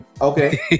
Okay